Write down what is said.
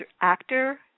actor